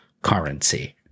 currency